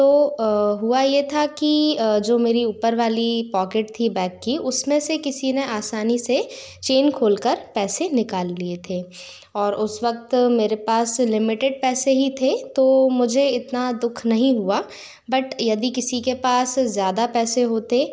तो हुआ यह था कि जो मेरी ऊपर वाली पॉकेट थी बैग की उसमें से किसी ने आसानी से चेन खोल कर पैसे निकाल लिए थे और उस वक्त मेरे पास लिमिटेड पैसे ही थे तो मुझे इतना दुःख नहीं हुआ बट यदि किसी के पास ज़्यादा पैसे होते